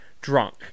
drunk